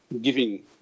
giving